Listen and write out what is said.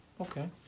Okay